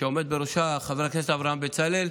שעומד בראשה ידידי חבר הכנסת אברהם בצלאל,